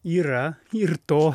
yra ir to